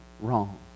wrong